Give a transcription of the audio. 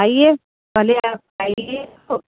आइए पहले आप आइए तो